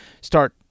start